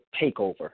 takeover